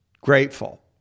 Grateful